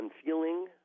unfeeling